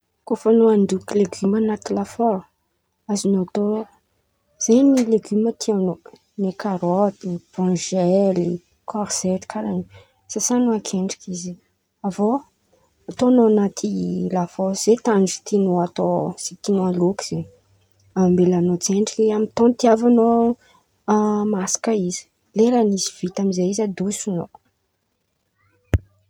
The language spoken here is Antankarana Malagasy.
Kô fa an̈ano andoky legiomo an̈aty lafaoro, azon̈ao atao zen̈y legiomo tian̈ao ne karôty, bronzely, korzety karàha in̈y. Sasan̈ao ankendriky izy, avy eo ataon̈ao an̈aty lafaoro zay tandry tian̈ao atao, zay aloky zen̈y, ambelan̈ao antsendriky izy amy tòn itiavan̈ao amasaka izy, leran̈y izy vita amizay izy adoson̈ao.